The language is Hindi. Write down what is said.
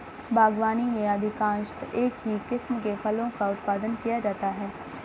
बागवानी में अधिकांशतः एक ही किस्म के फलों का उत्पादन किया जाता है